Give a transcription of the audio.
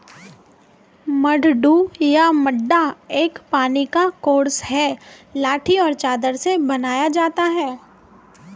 मड्डू या मड्डा एक पानी का कोर्स है लाठी और चादर से बनाया जाता है